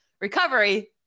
recovery